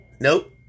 Nope